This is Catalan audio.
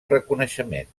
reconeixement